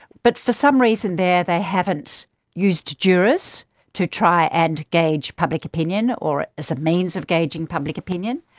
but for some reason there they haven't used jurors to try and gauge public opinion or as a means of gauging public opinion,